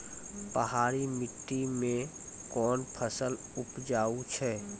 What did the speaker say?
पहाड़ी मिट्टी मैं कौन फसल उपजाऊ छ?